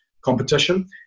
competition